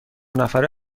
نفره